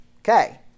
Okay